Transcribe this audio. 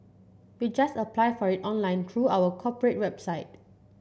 you just apply for it online through our corporate website